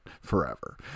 forever